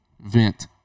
vent